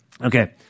Okay